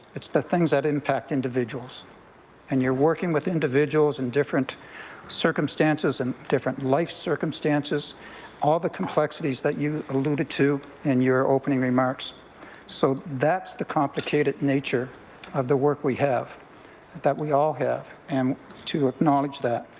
it's the things that impact individuals and you're working with individuals in different circumstances and different life circumstances all the complexities that you alluded to in your opening remarks so that is the complicated nature of the work we have that we all have and to acknowledge that.